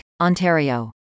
Ontario